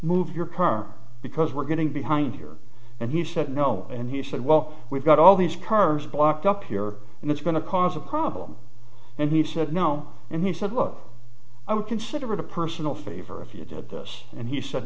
move your car because we're getting behind here and he said no and he said well we've got all these cars blocked up here and it's going to cause a problem and he said no and he said look i would consider it a personal favor if you did this and he said